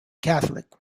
catholic